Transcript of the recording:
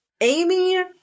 Amy